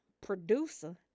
producer